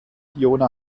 fiona